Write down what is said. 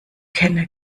kenne